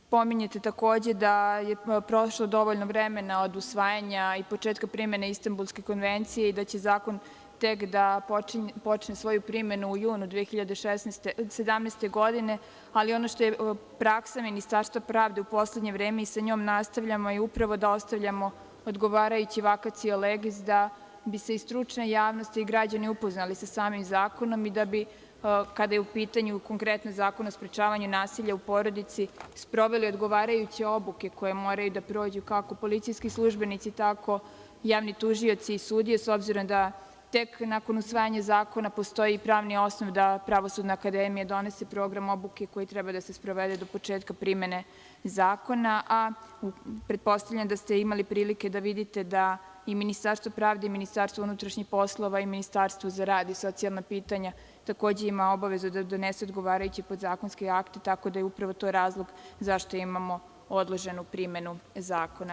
Pominjete, takođe, da je prošlo dovoljno vremena od usvajanja i početka primene Istambulske konvencije i da će zakon tek da počne svoju primenu u junu 2017. godine, ali ono što je praksa Ministarstva pravde u poslednje vreme i sa njom nastavljamo i upravo dostavljamo odgovarajući vacatio legis da bi se i stručna javnost i građani upoznali sa samim zakonom i da bi kada je u pitanju konkretno zakon o sprečavanju nasilja u porodici, sproveli odgovarajuće obuke koje moraju da prođu, kako policijski službenici, tako javni tužioci i sudije, s obzirom da tek nakon usvajanja zakona postoji pravni osnov da Pravosudna akademija donese program obuke koji treba da se sprovede do početka primene zakona, a pretpostavljam da ste imali prilike da vidite da i Ministarstvo pravde i Ministarstvo unutrašnjih poslova i Ministarstvo za rad i socijalna pitanja takođe ima obavezu da donese odgovarajući podzakonski akt, tako da je to upravo razlog zašto imamo odloženu primenu zakona.